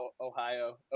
Ohio